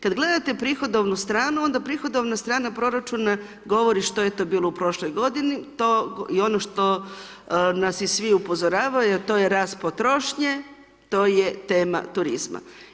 Kad gledate prihodovnu stranu onda prihodovna strana proračuna govori što je to bilo u prošloj godini to i ono što nas i svi upozoravaju a to je rast potrošnje, to je tema turizma.